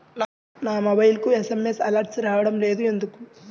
నా మొబైల్కు SMS alerts రావడం లేదు ఎందుకు?